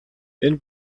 энэ